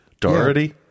Doherty